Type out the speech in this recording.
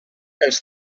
els